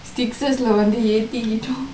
sixers வந்து ஏத்தி:vanthu yethi you know